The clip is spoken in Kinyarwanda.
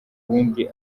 wundi